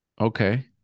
Okay